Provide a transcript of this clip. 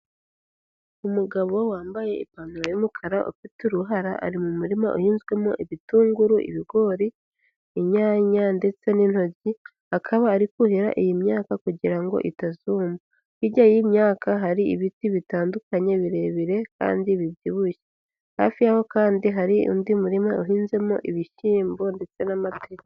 Umugabo wambaye ipantaro y'umukara ufite uruhara ari mu murima uhinzwemo: ibitunguru, ibigori, inyanya ndetse n'intoryi, akaba ari kuhira iyi myaka kugira ngo itazuma; hirya y'iyi myaka hari ibiti bitandukanye birebire kandi bibyibushye, hafi yaho kandi hari undi murima uhinzemo ibishyimbo ndetse n'amateke.